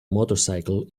motorcycle